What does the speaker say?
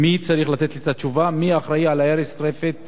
מי צריך לתת לי את התשובה, מי אחראי להרס הרפת